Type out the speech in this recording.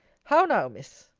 how now, miss!